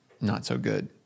not-so-good